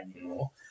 anymore